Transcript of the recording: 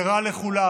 זה רע לכולם,